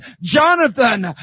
Jonathan